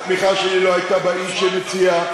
התמיכה שלי לא הייתה באיש שמציע,